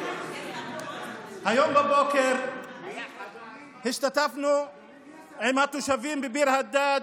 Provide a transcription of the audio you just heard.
היום בבוקר השתתפנו עם התושבים בביר הדאג'